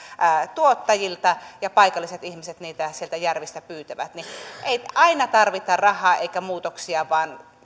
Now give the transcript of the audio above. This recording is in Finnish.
tuottajilta ja paikalliset ihmiset sitä sieltä järvistä pyytävät ei aina tarvita rahaa eikä muutoksia